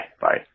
bye